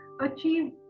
achieve